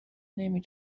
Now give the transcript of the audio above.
نمی